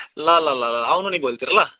ल ल ल ल आउनु नि भोलितिर ल